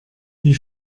wie